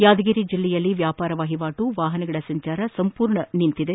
ಯಾದಗಿರಿ ಜಿಲ್ಲೆಯಲ್ಲಿ ವ್ಯಾಪಾರ ವಹಿವಾಟು ವಾಹನಗಳ ಸಂಚಾರ ಸಂಪೂರ್ಣ ಸ್ಥಗಿತಗೊಂಡಿದೆ